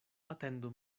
atendu